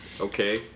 Okay